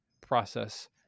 process